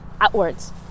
outwards